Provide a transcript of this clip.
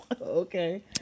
Okay